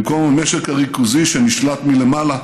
במקום המשק הריכוזי שנשלט מלמעלה,